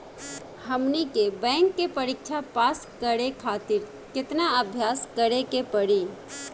हमनी के बैंक के परीक्षा पास करे खातिर केतना अभ्यास करे के पड़ी?